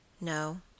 No